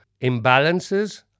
imbalances